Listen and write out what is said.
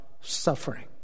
suffering